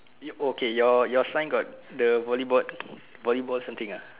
it okay your your sign got the volleyball volleyball something ah